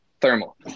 thermal